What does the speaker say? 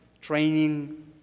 training